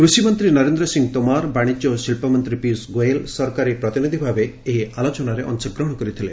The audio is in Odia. କୃଷିମନ୍ତ୍ରୀ ନରେନ୍ଦ୍ର ସିଂହ ତୋମାର ବାଣିଜ୍ୟ ଓ ଶିଳ୍ପ ମନ୍ତ୍ରୀ ପୀୟୁଷ ଗୋୟଲ୍ ସରକାରୀ ପ୍ରତିନିଧି ଭାବେ ଏହି ଆଲୋଚନାରେ ଅଂଶଗ୍ରହଣ କରିଥିଲେ